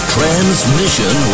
Transmission